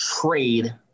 trade